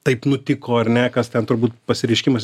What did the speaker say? taip nutiko ar ne kas ten turbūt pasireiškimas